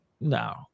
no